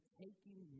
taking